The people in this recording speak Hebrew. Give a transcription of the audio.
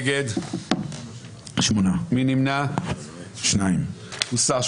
הצבעה לא אושרה ההסתייגות הוסרה.